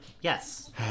Yes